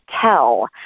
tell